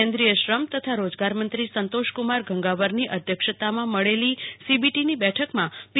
કેન્દ્રીય શ્રમ તથા રોજગાર મંત્રી સંતોષ કુમાર ગંગાવરની અધ્યક્ષતામાં મળેલી સીબીટીની બેઠકમાં પી